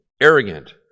arrogant